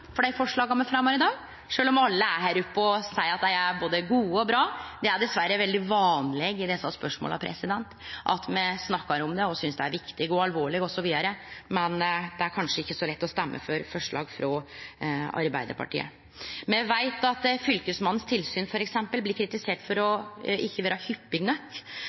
for dei forslaga me fremjar her i dag, sjølv om alle er her oppe og seier at dei er både gode og bra. Det er dessverre veldig vanleg i desse spørsmåla at me snakkar om det og synest det er viktig og alvorleg osv., men det er kanskje ikkje så lett å stemme for forslag frå Arbeidarpartiet. Me veit at Fylkesmannens tilsyn, f.eks., blir kritisert for å ikkje vere hyppige nok,